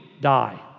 die